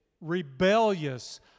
rebellious